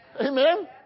Amen